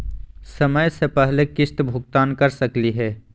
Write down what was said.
समय स पहले किस्त भुगतान कर सकली हे?